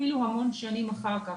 אפילו המון שנים אחר-כך.